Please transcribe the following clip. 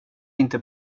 inte